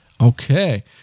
Okay